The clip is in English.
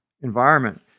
environment